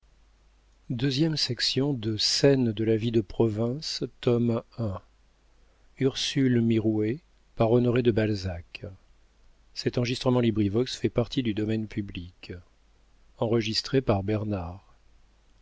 de scène de la vie de province tome i author honoré de balzac